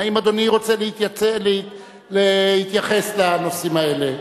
האם אדוני רוצה להתייחס לנושאים האלה,